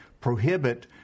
prohibit